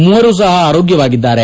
ಮೂವರು ಸಹ ಆರೋಗ್ಯವಾಗಿದ್ದಾರೆ